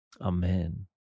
Amen